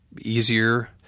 easier